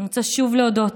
אני רוצה שוב להודות